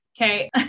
Okay